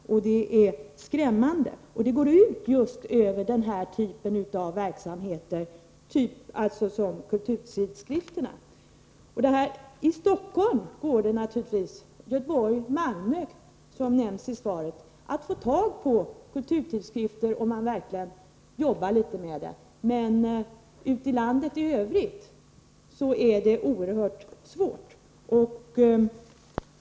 Detta är skrämmande, och det går ut just över den här typen av publikationer, exempelvis kulturtidskrifterna. I Stockholm, Göteborg och Malmö går det naturligtvis, som sägs i svaret, att få tag på kulturtidskrifter om man verkligen anstränger sig. Men i landet i Övrigt är det oerhört svårt.